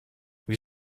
wie